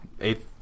eighth